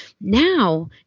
now